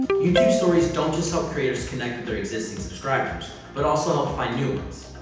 youtube stories don't just help creators connect with their existing subscribers but also help find new ones.